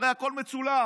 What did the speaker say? הרי הכול מצולם,